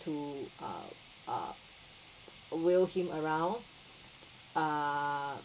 to um uh wheel him around err